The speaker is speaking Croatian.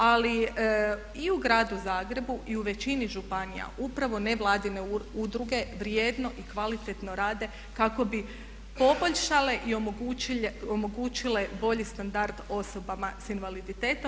Ali i u gradu Zagrebu i u većini županija upravo nevladine udruge vrijedno i kvalitetno rade kako bi poboljšale i omogućile bolji standard osobama sa invaliditetom.